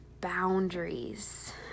boundaries